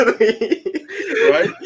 Right